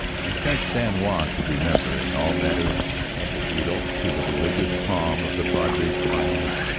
and since san juan could remember, in all matters antipodal to the religious calm of the padres' monument.